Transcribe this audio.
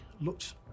looked